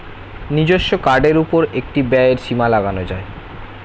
নিজস্ব কার্ডের উপর একটি ব্যয়ের সীমা লাগানো যায়